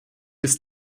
ist